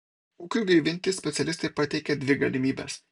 ūkiui gaivinti specialistai pateikia dvi galimybes